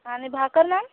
आणि भाकर मॅम